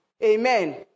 Amen